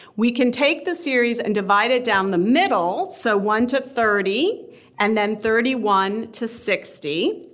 we can take the series and divide it down the middle. so one to thirty and then thirty one to sixty.